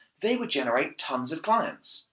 they would generate tons of clients.